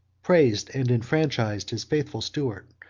praised and enfranchised his faithful steward,